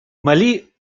мали